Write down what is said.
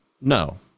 no